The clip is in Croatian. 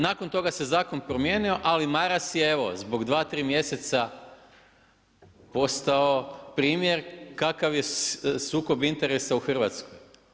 Nakon toga se zakon promijenio ali Maras je evo zbog 2, 3 mjeseca postao primjer kakav je sukob interesa u Hrvatskoj.